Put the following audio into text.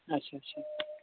اچھا اچھا